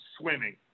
swimming